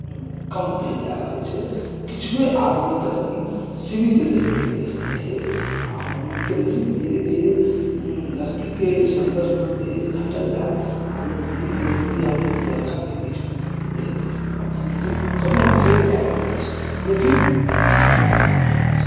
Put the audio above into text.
कम भेल जा रहल छै किछुए आदमी तक ई सीमित रहै गेल अछि दहेज आ हम उम्मीद करै छी जे धीरे धीरे लड़कीके संदर्भमे दहेज घटल जायत आ लोक नीक लड़की आ नीक लड़काक बीचमे दहेज आब धीरे धीरे कमो भेल जा रहल अछि लेकिन समाप्त नहि भेल अछि